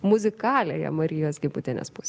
muzikaliąją marijos gimbutienės pusę